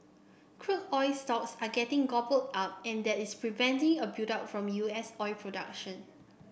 crude oil stocks are getting gobbled up and that is preventing a buildup from U S oil production